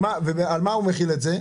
ועל מה הוא מחיל את זה?